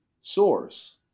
source